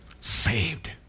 saved